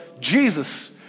Jesus